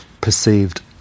perceived